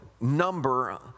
number